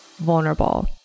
vulnerable